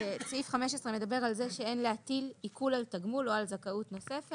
סעיף 15 מדבר על זה שאין להטיל עיקול על תגמול או על זכאות נוספת,